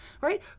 right